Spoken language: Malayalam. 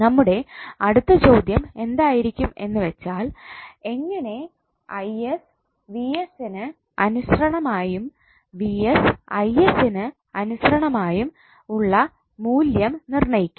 നമ്മുടെ അടുത്ത ചോദ്യം എന്തായിരിക്കും എന്ന് വെച്ചാൽ എങ്ങനെ ന് അനുശ്രണമായും ന് അനുശ്രണമായും ഉള്ള മൂല്യം നിർണ്ണയിക്കാം